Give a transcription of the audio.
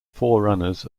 forerunners